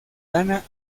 ghana